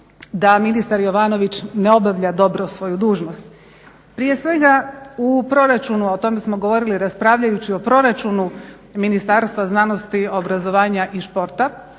da ministar Jovanović ne obavlja dobro svoju dužnost. Prije svega u proračunu, a o tome smo govorili raspravljajući o proračunu Ministarstva znanosti, obrazovanja i športa,